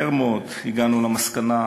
מהר מאוד הגענו למסקנה,